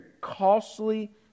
costly